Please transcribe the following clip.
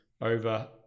over